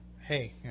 hey